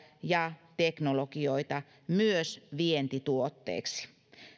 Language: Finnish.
ja teknologioita myös vientituotteeksi